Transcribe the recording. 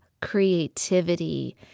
creativity